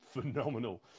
phenomenal